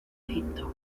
egipto